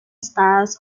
styles